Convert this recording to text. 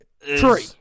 Three